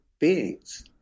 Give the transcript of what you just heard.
beings